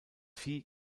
vieh